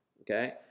okay